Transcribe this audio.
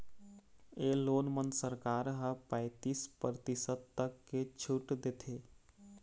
ए loan म सरकार ह पैतीस परतिसत तक के छूट देथे